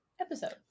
episode